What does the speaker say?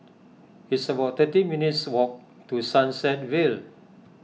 it's about thirteen minutes' walk to Sunset Vale